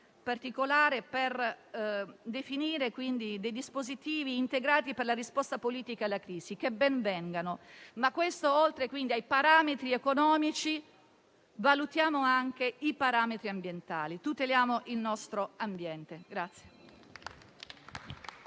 particolare per definire dei dispositivi integrati per la risposta politica alla crisi: ben vengano. Ma, oltre ai parametri economici, valutiamo anche i parametri ambientali e tuteliamo il nostro ambiente.